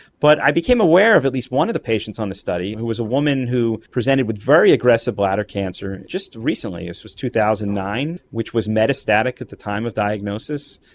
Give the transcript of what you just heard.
but i became aware of at least one of the patients on the study who was a woman who presented with very aggressive bladder cancer just recently, this was two thousand and nine, which was metastatic at the time of diagnosis.